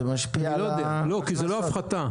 זה משפיע על --- אני לא יודע כי זה לא הפחתה.